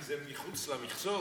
כי זה מחוץ למכסות?